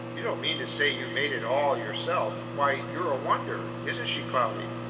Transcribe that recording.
you don't mean to say you made it all yourself! why you're a wonder! isn't she, cloudy?